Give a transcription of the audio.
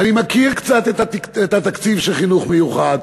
ואני מכיר קצת את התקציב של חינוך מיוחד.